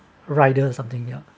rider something ya